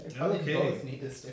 Okay